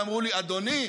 ואמרו לי: אדוני,